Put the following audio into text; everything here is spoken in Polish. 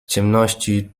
ciemności